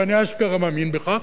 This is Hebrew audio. ואני אשכרה מאמין בכך,